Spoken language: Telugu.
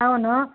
అవును